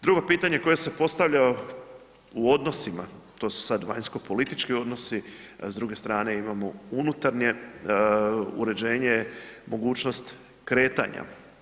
Drugo pitanje koje se postavlja u odnosima, to su sad vanjskopolitički odnosi, s druge strane imamo unutarnje uređenje, mogućnost kretanja.